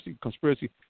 conspiracy